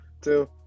two